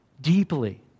deeply